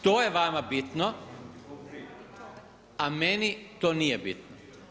To je vama bitno, a meni to nije bitno.